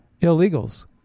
illegals